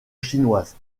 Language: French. chinoise